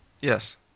Yes